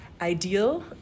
ideal